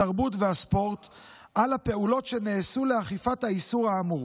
התרבות והספורט על הפעולות שנעשו לאכיפת האיסור האמור.